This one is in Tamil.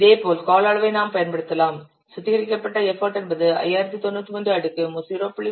இதேபோல் கால அளவை நாம் பயன்படுத்தலாம் சுத்திகரிக்கப்பட்ட எஃபர்ட் என்பது 5093 அடுக்கு 0